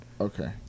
Okay